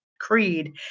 creed